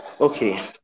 Okay